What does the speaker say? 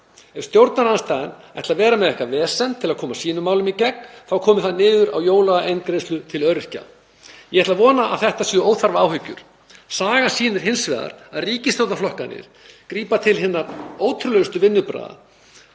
stjórnarandstaðan að vera með eitthvert vesen til að koma sínum málum í gegn þá komi það niður á jólaeingreiðslu til öryrkja. Ég ætla að vona að þetta séu óþarfar áhyggjur. Sagan sýnir hins vegar að ríkisstjórnarflokkarnir grípa til hinna ótrúlegustu vinnubragða,